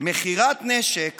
מכירת נשק